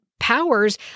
powers